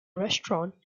restaurant